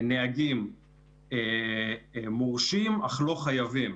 נהגים מורשים אך לא חייבים